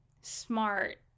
smart